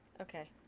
Okay